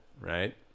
Right